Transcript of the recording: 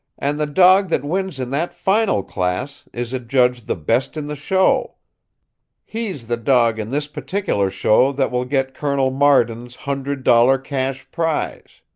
and the dog that wins in that final class is adjudged the best in the show he's the dog in this particular show that will get colonel marden's hundred-dollar cash prize.